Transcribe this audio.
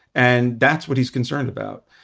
and that's what he's concerned about.